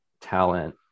talent